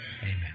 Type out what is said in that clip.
Amen